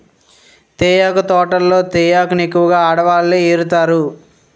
తేయాకు తోటల్లో తేయాకును ఎక్కువగా ఆడవాళ్ళే ఏరుతారు